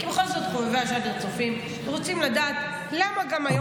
בכל זאת חובבי הז'אנר צופים ורוצים לדעת למה גם היום בלילה,